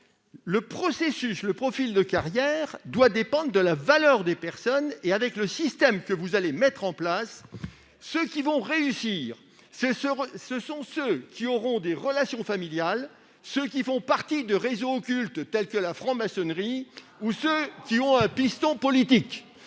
le Premier ministre, la carrière doit dépendre de la valeur de chacun. Avec le système que vous allez mettre en place, ceux qui vont réussir sont ceux qui ont des relations familiales, qui font partie de réseaux occultes, tels que la franc-maçonnerie, ou qui ont des pistons politiques